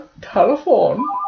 Telephone